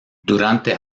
durante